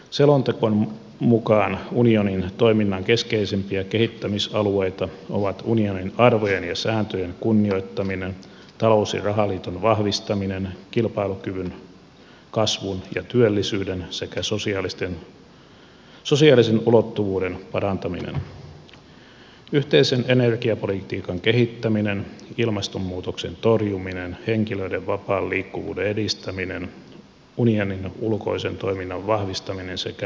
selonteon mukaan unionin toiminnan keskeisimpiä kehittämisalueita ovat unionin arvojen ja sääntöjen kunnioittaminen talous ja rahaliiton vahvistaminen kilpailukyvyn kasvun ja työllisyyden sekä sosiaalisen ulottuvuuden parantaminen yhteisen energiapolitiikan kehittäminen ilmastonmuutoksen torjuminen henkilöiden vapaan liikkuvuuden edistäminen unionin ulkoisen toiminnan vahvistaminen sekä unionin laajentuminen